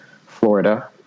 Florida